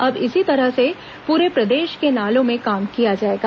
अब इसी तरह से पूरे प्रदेश के नालों में काम किया जाएगा